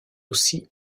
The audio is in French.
aussi